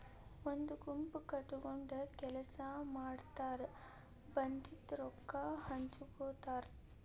ಒಂದ ಗುಂಪ ಕಟಗೊಂಡ ಕೆಲಸಾ ಮಾಡತಾರ ಬಂದಿದ ರೊಕ್ಕಾ ಹಂಚಗೊತಾರ